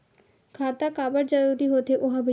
खाता काबर जरूरी हो थे?